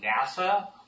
nasa